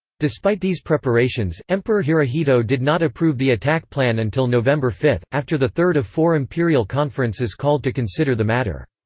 despite these preparations, emperor hirohito did not approve the attack attack plan until november five, after the third of four imperial conferences called to consider the matter.